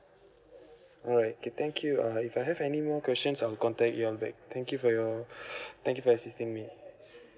alright okay thank you uh if I have any more questions I'll contact you all back thank you for your thank you for assisting me